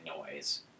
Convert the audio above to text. noise